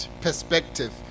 perspective